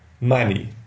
money